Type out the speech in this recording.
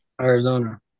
Arizona